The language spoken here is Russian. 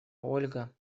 ольга